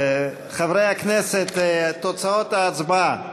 חברי הכנסת, תוצאות ההצבעה: